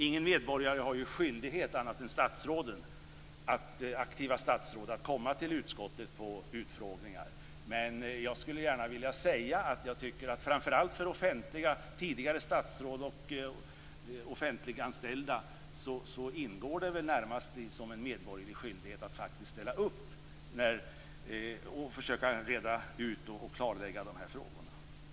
Ingen medborgare har någon skyldighet annat än aktiva statsråd att komma till utskottet på utfrågningar. Jag skulle gärna vilja säga att jag tycker att det för framför allt tidigare statsråd och offentligt anställda närmast ingår som en medborgerlig skyldighet att ställa upp och försöka reda ut och klarlägga frågorna.